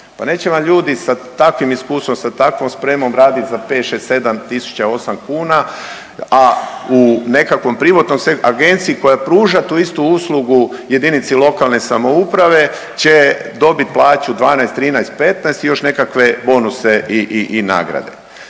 pa neće vam ljudi sa takvim iskustvom, sa takvom spremom raditi za 5, 6, 7 tisuća 8 kuna, a u nekakvom privatnom sektoru, agenciji koja pruža tu istu uslugu jedinici lokalne samouprave će dobiti plaću 12, 13, 15 i još nekakve bonuse i nagrade.